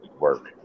work